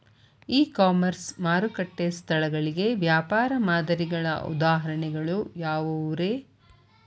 E commerce ಮಾರುಕಟ್ಟೆ ಸ್ಥಳಗಳಿಗೆ ವ್ಯಾಪಾರ ಮಾದರಿಗಳ ಉದಾಹರಣೆಗಳು ಯಾವವುರೇ?